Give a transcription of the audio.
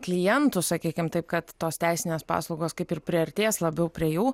klientus sakykim taip kad tos teisinės paslaugos kaip ir priartės labiau prie jų